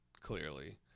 clearly